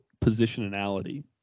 positionality